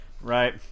right